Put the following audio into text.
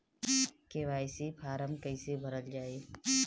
KYC form कइसे भरल जाइ?